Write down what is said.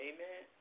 Amen